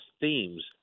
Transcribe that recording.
themes